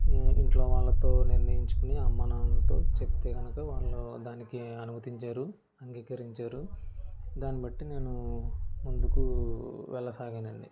ఇంట్లో వాళ్ళతో నిర్ణయించుకొని అమ్మానాన్నతో చెప్తే కనుక వాళ్ళు దానికి అనుమతించారు అంగీకరించారు దాన్ని బట్టి నేను ముందుకు వెళ్ళసాగానండి